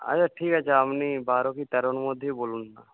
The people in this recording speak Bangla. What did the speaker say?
আচ্ছা ঠিক আছে আপনি বারো কি তেরোর মধ্যেই বলুন না